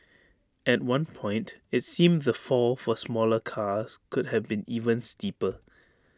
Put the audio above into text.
at one point IT seemed the fall for smaller cars could have been even steeper